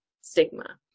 stigma